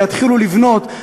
ויתחילו לבנות,